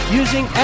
using